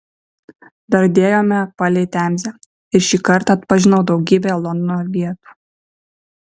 dardėjome palei temzę ir šį kartą atpažinau daugybę londono vietų